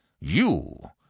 You